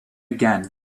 again